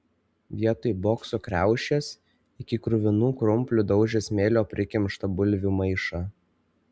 vietoj bokso kriaušės iki kruvinų krumplių daužė smėlio prikimštą bulvių maišą